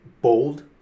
bold